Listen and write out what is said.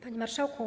Panie Marszałku!